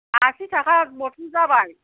आसि थाखा बथल जाबाय